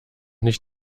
nicht